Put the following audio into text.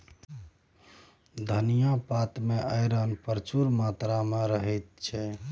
धनियाँ पात मे आइरन प्रचुर मात्रा मे रहय छै